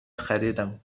خریدم